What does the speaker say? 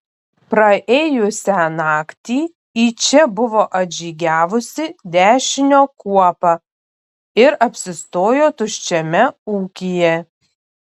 praėjusią naktį į čia buvo atžygiavusi dešinio kuopa ir apsistojo tuščiame ūkyje